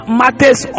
matters